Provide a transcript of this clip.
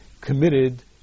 committed